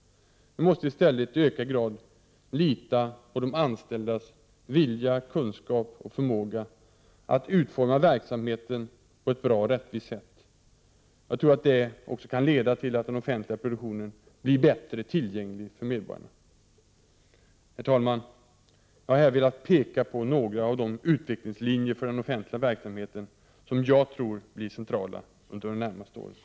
Vi måste i stället i ökad grad lita på de anställdas vilja, kunskap och förmåga att utforma verksamheten på ett bra och rättvist sätt. Det kan också leda till att den offentliga produktionen blir mer tillgänglig för medborgarna. Herr talman! Jag har här velat peka på några av de utvecklingslinjer för den offentliga verksamheten som jag tror blir centrala under de närmaste åren.